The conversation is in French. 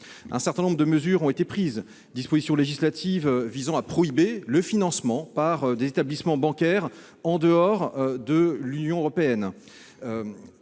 Un certain nombre de mesures ont été prises : dispositions législatives visant à prohiber le financement par des établissements bancaires en dehors de l'Union européenne